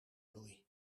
bloei